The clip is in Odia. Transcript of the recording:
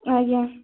ଆଜ୍ଞା